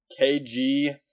KG